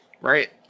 Right